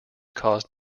caused